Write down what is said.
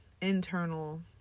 internal